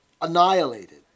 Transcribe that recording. annihilated